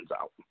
out